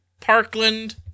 Parkland